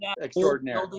extraordinary